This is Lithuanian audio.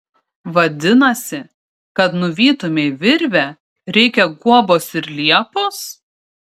vadinasi kad nuvytumei virvę reikia guobos ir liepos